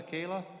Kayla